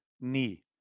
knee